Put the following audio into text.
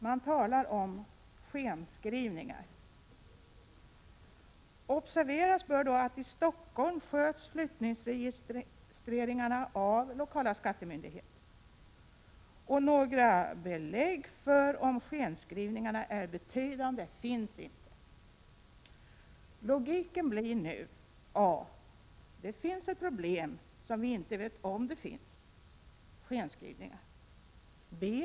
Man talar om skenskrivningar. Observeras bör då att flyttningsregistreringarna i Stockholm sköts av lokala skattemyndigheten. Och några belägg för om skenskrivningarna är betydande finns inte. Logiken blir nu enligt följande. A. Det finns ett problem som vi inte vet om det finns: Skenskrivningar. B.